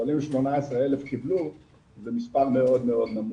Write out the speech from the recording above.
אבל אם 18,000 קיבלו זה מספר מאוד נמוך.